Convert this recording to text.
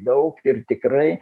daug ir tikrai